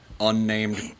unnamed